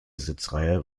sitzreihe